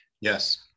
Yes